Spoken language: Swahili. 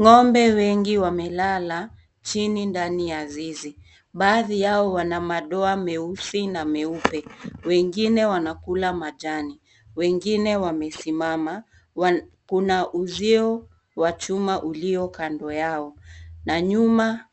Ng'ombe wengi wamelala chini ndani ya zizi. Baadhi yao wana mandoa meusi na meupe. Wengine wanakula majani. Wengine wamesimama. Kuna uzio wa chuma ulio kando yao na nyuma